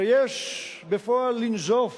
שיש בפועל לנזוף